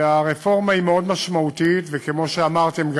הרפורמה היא מאוד משמעותית, וכמו שגם אמרתם,